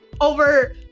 over